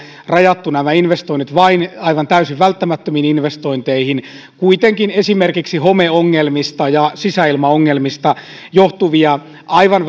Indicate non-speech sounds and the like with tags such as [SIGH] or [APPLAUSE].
rajattu nämä investoinnit vain aivan täysin välttämättömiin investointeihin kuitenkin esimerkiksi homeongelmista ja sisäilmaongelmista johtuvia aivan [UNINTELLIGIBLE]